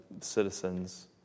citizens